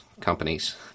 companies